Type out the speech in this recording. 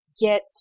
get